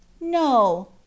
no